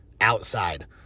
outside